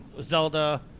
Zelda